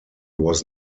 was